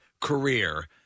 career